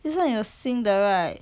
this [one] 有新的 right